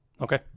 Okay